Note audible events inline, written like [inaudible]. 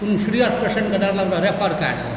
कोनो serious पेशेन्टकेँ [unintelligible] refer कए देलक